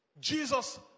Jesus